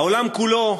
העולם כולו,